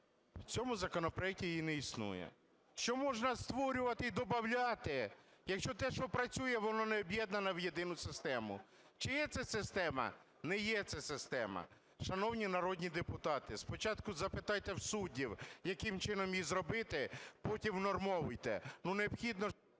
В цьому законопроекті її не існує. Що можна створювати і добавляти, якщо те, що працює, воно не об'єднане в єдину систему. Чи є це система? Не є це система. Шановні народні депутати, спочатку запитайте в суддів, яким чином її зробити, потім унормовуйте. Ну, необхідно...